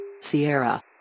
Sierra